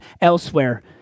elsewhere